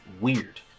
weird